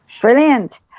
Brilliant